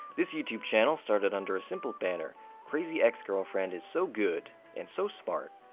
this youtube channel started under a simple banner crazy ex-girlfriend is so good and so smart.